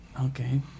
Okay